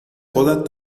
خودت